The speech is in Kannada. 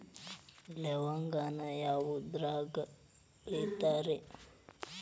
ಲವಂಗಾನ ಯಾವುದ್ರಾಗ ಅಳಿತಾರ್ ರೇ?